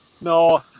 No